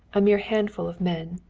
a mere handful of men,